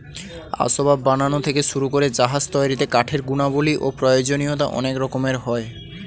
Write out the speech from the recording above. আসবাব বানানো থেকে শুরু করে জাহাজ তৈরিতে কাঠের গুণাবলী ও প্রয়োজনীয়তা অনেক রকমের হয়